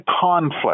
conflict